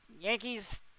Yankees